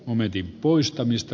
arvoisa puhemies